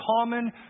common